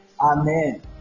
Amen